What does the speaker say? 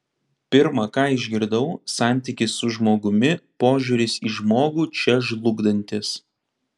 pirma ką išgirdau santykis su žmogumi požiūris į žmogų čia žlugdantis